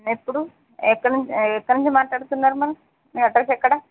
ఎప్పుడు ఎక్కడినుంచి ఎక్కడ నుంచి మాట్లాడుతున్నారు అమ్మ మీ అడ్రస్ ఎక్కడ